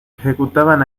ejecutaban